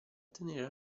tenere